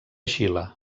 xile